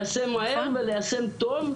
ליישם מהר וליישם טוב,